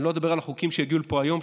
אני לא אדבר על החוקים שהגיעו לפה היום,